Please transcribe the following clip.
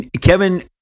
Kevin